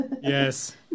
Yes